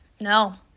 No